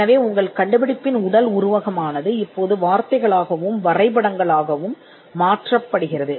எனவே உடல் உருவகம் இப்போது சொற்களாகவும் புள்ளிவிவரங்களாகவும் மாற்றப்படுகிறது